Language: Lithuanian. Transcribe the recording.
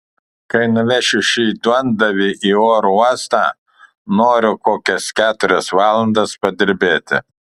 kai nuvešiu šį duondavį į oro uostą noriu kokias keturias valandas padirbėti